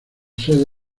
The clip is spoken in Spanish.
sede